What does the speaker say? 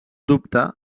dubte